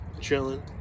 chilling